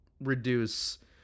reduce